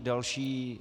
Další.